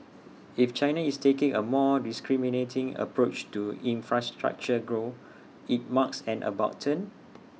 if China is taking A more discriminating approach to infrastructure growth IT marks an about turn